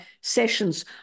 sessions